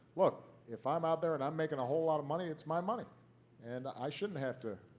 look, if i'm out there and i'm making a whole lot of money, it's my money and i shouldn't have to